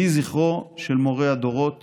יהי זכרו של מורה הדורות